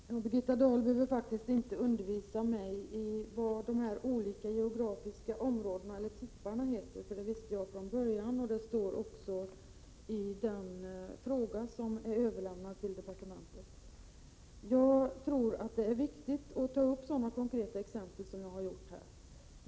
Fru talman! Birgitta Dahl behöver faktiskt inte undervisa mig om vad den kommunala tippen i fråga heter — det visste jag från början, och det står också i den fråga som har överlämnats till departementet. Jag tror att det är viktigt att ta upp sådana konkreta exempel som jag här har gjort.